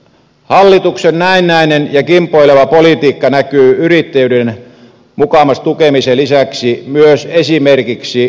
hallituksen näennäinen ja kimpoileva politiikka näkyy yrittäjyyden mukamas tukemisen lisäksi myös esimerkiksi oppisopimuskoulutuksessa